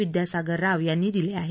विद्यासागर राव यांनी दिले आहेत